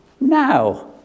Now